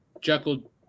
Jekyll